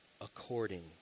According